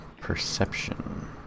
perception